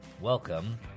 Welcome